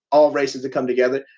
all races to come together,